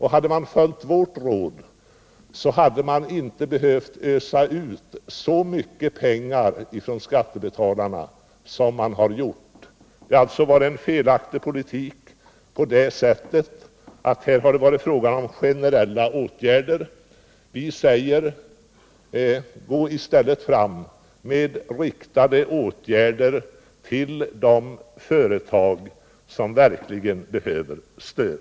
Hade man följt vårt råd, så hade man inte behövt ösa ut så mykcet av skattebetalarnas pengar som man har gjort. Det har alltså varit en felaktig politik på det sättet att man har satsat på generella åtgärder. Vi säger: Gå i stället fram med åtgärder som är riktade till de företag som verkligen behöver stöd!